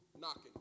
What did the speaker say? knocking